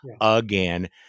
again